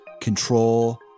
control